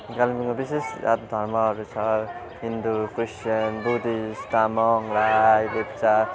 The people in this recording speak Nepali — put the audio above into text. कालिम्पोङमा विशेष जात धर्महरू छ हिन्दु क्रिस्चियन बुद्धिस्ट तामाङ राई लेप्चा